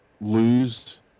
lose